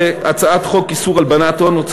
הצעת חוק למניעת הסתננות (עבירות ושיפוט)